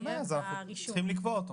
אין בעיה, צריכים לקבוע אותו.